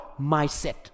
mindset